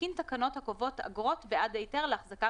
להתקין תקנות הקובעות אגרות בעד היתר להחזקה